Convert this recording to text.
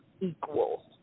equal